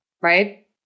right